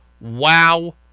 wow